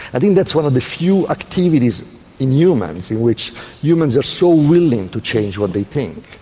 i think that's one of the few activities in humans in which humans are so willing to change what they think.